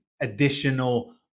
additional